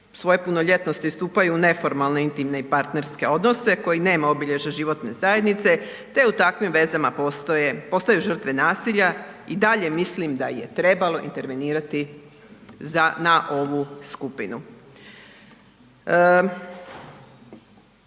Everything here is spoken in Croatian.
svoje punoljetnosti stupaju u neformalne intimne i partnerske odnose koji nemaju obilježja životne zajednice te u takvim vezama postoje, postaju žrtve nasilja i dalje mislim da je trebalo intervenirati za, na ovu skupinu.